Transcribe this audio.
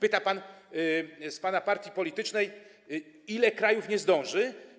Pyta pan z pana partii politycznej, ile krajów nie zdąży.